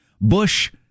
Bush